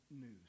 news